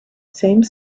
same